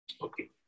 Okay